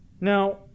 Now